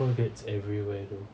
fur gets everywhere though